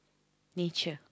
nature